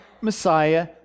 messiah